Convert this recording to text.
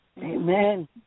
Amen